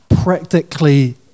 practically